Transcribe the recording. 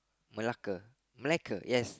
Malacca Melaka yes